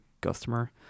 customer